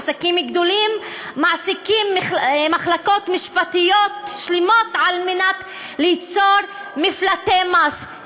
עסקים גדולים מעסיקים מחלקות משפטיות שלמות כדי ליצור מפלטי מס,